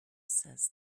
says